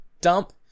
dump